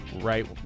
Right